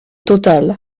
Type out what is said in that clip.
total